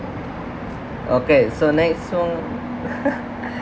okay so next one